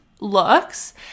looks